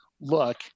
look